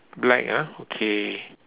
black ah okay